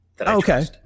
Okay